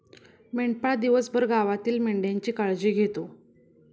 मेंढपाळ दिवसभर गावातील मेंढ्यांची काळजी घेतो